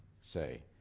say